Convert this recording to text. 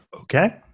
Okay